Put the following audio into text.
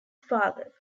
father